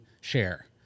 share